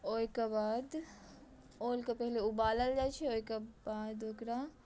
ओहिके बाद ओलकेँ पहिने उबालल जाइत छै ओहिके बाद ओकरा